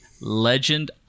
Legend